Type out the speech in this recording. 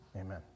Amen